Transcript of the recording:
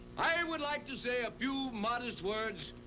i would like to say a few modest words.